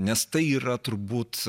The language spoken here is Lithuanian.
nes tai yra turbūt